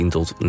tot